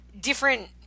different